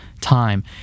time